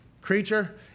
creature